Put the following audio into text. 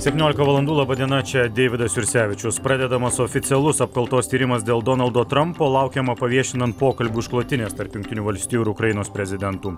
septyniolika valandų laba diena čia deividas jursevičius pradedamas oficialus apkaltos tyrimas dėl donaldo trampo laukiama paviešinant pokalbių išklotinės tarp jungtinių valstijų ir ukrainos prezidentų